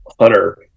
hunter